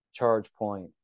ChargePoint